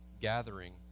gathering